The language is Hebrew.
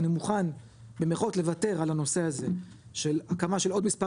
אני מוכן "לוותר" על הנושא הזה של הקמה של עוד מספר